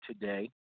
today